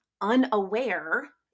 unaware